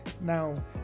now